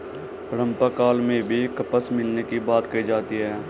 हड़प्पा काल में भी कपास मिलने की बात कही जाती है